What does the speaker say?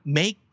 make